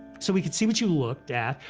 so we could see what you looked at,